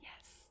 Yes